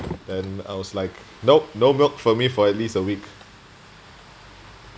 then I was like no no milk for me for at least a week